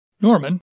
Norman